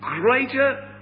greater